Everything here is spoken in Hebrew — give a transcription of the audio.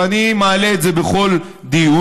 ואני מעלה את זה בכל דיון.